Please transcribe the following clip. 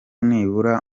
nibura